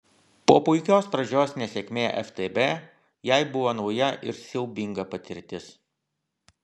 po puikios pradžios nesėkmė ftb jai buvo nauja ir siaubinga patirtis